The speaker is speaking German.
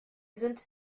sind